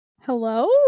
hello